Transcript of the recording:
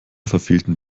verfehlten